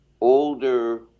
older